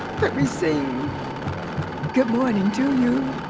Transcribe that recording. that we sing good morning to you,